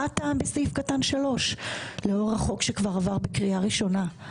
מה הטעם בסעיף קטן (3) לאור החוק שכבר עבר בקריאה ראשונה?